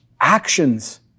actions